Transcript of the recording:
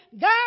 God